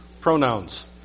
pronouns